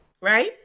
right